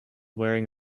wearing